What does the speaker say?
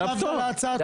על הקדמת הדיון.